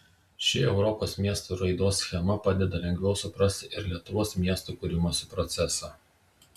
ši europos miestų raidos schema padeda lengviau suprasti ir lietuvos miestų kūrimosi procesą